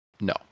No